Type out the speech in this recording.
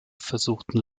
versuchten